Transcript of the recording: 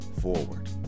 forward